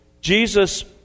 Jesus